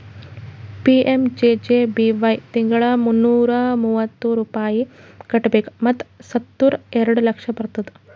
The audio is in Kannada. ಪಿ.ಎಮ್.ಜೆ.ಜೆ.ಬಿ.ವೈ ತಿಂಗಳಾ ಮುನ್ನೂರಾ ಮೂವತ್ತು ರೂಪಾಯಿ ಕಟ್ಬೇಕ್ ಮತ್ ಸತ್ತುರ್ ಎರಡ ಲಕ್ಷ ಬರ್ತುದ್